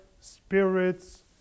spirits